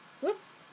Whoops